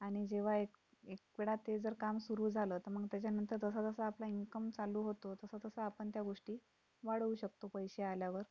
आणि जेव्हा एक एकवेळा ते जर काम सुरू झालं तर मग त्याच्यानंतर जसंजसं आपलं इन्कम चालू होतो तसंतसं आपण त्या गोष्टी वाढवू शकतो पैसे आल्यावर